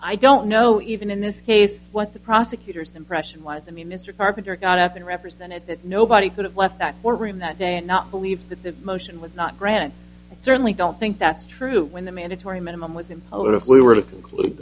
i don't know even in this case what the prosecutor's impression was i mean mr carpenter got up and represented that nobody could have left that room that day and not believe that the motion was not granted i certainly don't think that's true when the mandatory minimum was imposed if we were to conclude